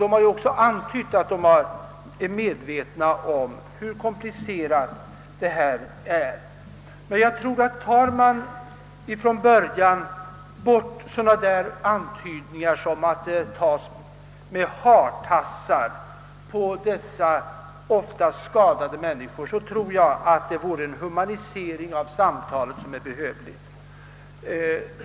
De har ju också antytt att de är medvetna om hur komplicerat problemet är. Jag tror att om man ifrån början eliminerar sådana antydningar som att det tas i med »hartassar» på dessa ofta skadade människor skulle det innebära en behövlig humanisering av argumentationen.